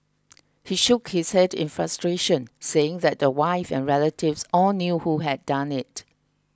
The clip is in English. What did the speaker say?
he shook his head in frustration saying that the wife and relatives all knew who had done it